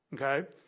okay